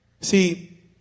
See